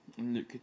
Look